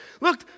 look